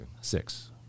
Six